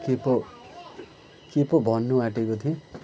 के पो के पो भन्नुआँटेको थिएँ